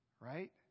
Right